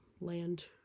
land